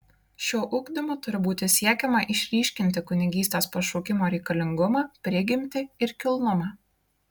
šiuo ugdymu turi būti siekiama išryškinti kunigystės pašaukimo reikalingumą prigimtį ir kilnumą